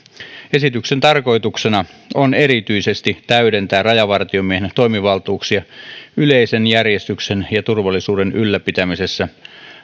esityksen tarkoituksena on erityisesti täydentää rajavartiomiehen toimivaltuuksia yleisen järjestyksen ja turvallisuuden ylläpitämisessä